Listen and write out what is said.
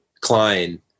Klein